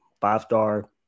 five-star